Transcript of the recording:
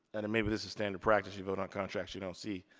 and and maybe this is standard practice you vote on contracts you don't see,